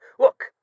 Look